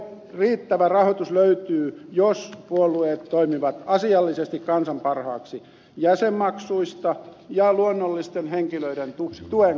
riittävä rahoitus löytyy jos puolueet toimivat asiallisesti kansan parhaaksi jäsenmaksuista saatavan ja luonnollisten henkilöiden tuen kautta